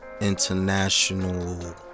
international